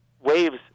waves